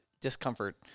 discomfort